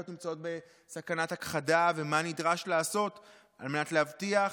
נמצאות בסכנת הכחדה ומה ניתן לעשות על מנת שנבטיח